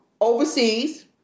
overseas